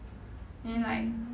then like